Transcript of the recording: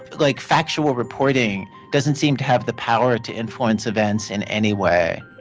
like factual reporting doesn't seem to have the power to influence events in any way.